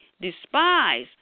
despise